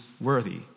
worthy